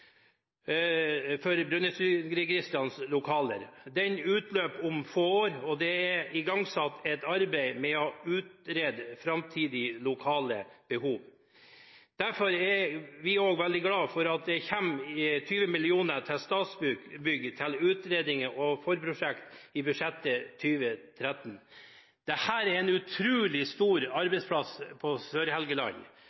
for Brønnøysundregistrenes lokaler. Den utløper om få år, og det er igangsatt et arbeid med å utrede framtidige lokalbehov. Derfor er vi veldig glade for at det kommer 20 mill. kr til Statsbygg til utredning og forprosjekt i budsjettet for 2013. Det er en utrolig stor